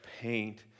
paint